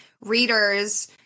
readers